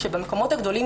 שבמקומות הגדולים,